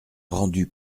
rendu